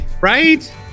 right